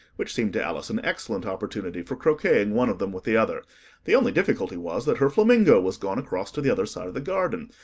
which seemed to alice an excellent opportunity for croqueting one of them with the other the only difficulty was, that her flamingo was gone across to the other side of the garden,